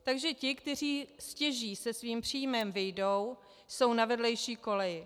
Takže ti, kteří stěží se svým příjmem vyjdou, jsou na vedlejší koleji.